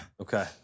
Okay